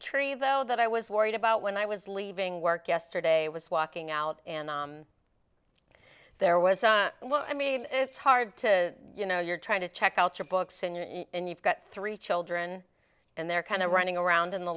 tree though that i was worried about when i was leaving work yesterday was walking out and there was a well i mean it's hard to you know you're trying to check out your books and you've got three children and they're kind of running around in the